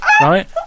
right